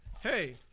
Hey